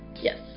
Yes